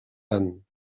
tant